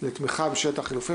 לתמיכה בממשלת החילופים,